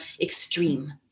extreme